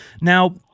Now